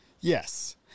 Yes